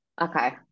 okay